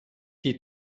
die